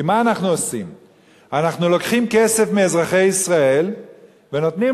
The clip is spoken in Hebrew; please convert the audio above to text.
כי אנחנו לוקחים כסף מאזרחי ישראל ונותנים